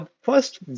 first